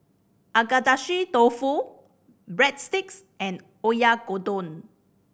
Agedashi Dofu Breadsticks and Oyakodon